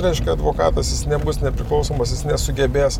reiškia advokatas jis nebus nepriklausomas jis nesugebės